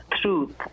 truth